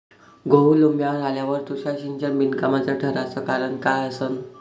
गहू लोम्बावर आल्यावर तुषार सिंचन बिनकामाचं ठराचं कारन का असन?